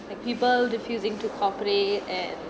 like people refusing to cooperate and